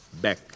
back